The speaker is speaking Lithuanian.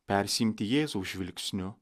persiimti jėzaus žvilgsniu